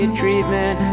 treatment